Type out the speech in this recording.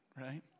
right